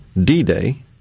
D-Day